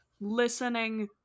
listening